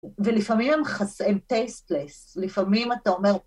ולפעמים הם טייסט פלייס, לפעמים אתה אומר...